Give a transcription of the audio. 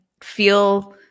feel